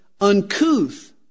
uncouth